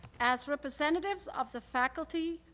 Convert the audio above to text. as representatives of the faculty,